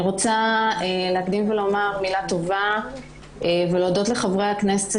אני רוצה להקדים ולהודות לחברי הכנסת,